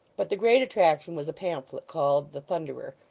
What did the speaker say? but the great attraction was a pamphlet called the thunderer,